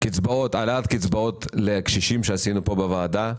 העלאת קצבאות לקשישים, דבר שנעשה פה בוועדה,